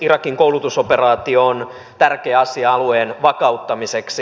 irakin koulutusoperaatio on tärkeä asia alueen vakauttamiseksi